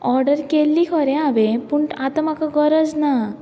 order केल्ली खरी हांवें पूण आतां म्हाका गरज ना